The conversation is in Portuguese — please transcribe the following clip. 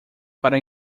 para